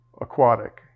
aquatic